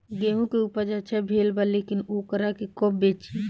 गेहूं के उपज अच्छा भेल बा लेकिन वोकरा के कब बेची?